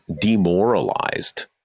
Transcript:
demoralized